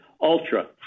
Ultra